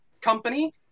company